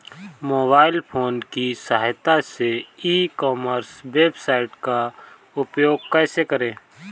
Mobile phone की सहायता से ई कॉमर्स वेबसाइट का उपयोग कैसे करें?